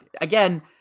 Again